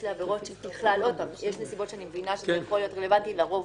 כמו עבירות בחוק איסור הלבנת הון או בחוק מס הכנסה אם בן אדם לא דיווח